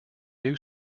new